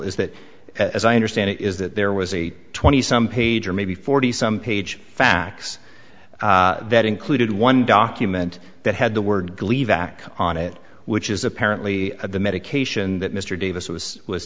is that as i understand it is that there was a twenty some page or maybe forty some page fax that included one document that had the word believe act on it which is apparently the medication that mr davis was was